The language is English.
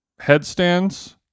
headstands